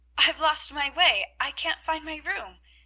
i've lost my way. i can't find my room,